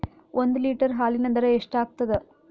ಒಂದ್ ಲೀಟರ್ ಹಾಲಿನ ದರ ಎಷ್ಟ್ ಆಗತದ?